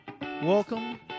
Welcome